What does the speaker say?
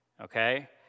Okay